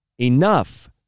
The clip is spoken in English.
enough